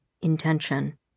intention